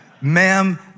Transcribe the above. Ma'am